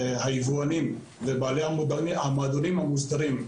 היבואנים ובעלי המועדונים המוסדרים,